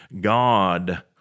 God